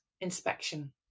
inspection